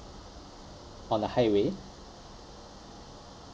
on the high way